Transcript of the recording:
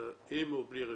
עם או בלי רביזיה,